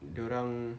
dia orang